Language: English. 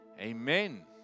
Amen